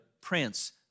Prince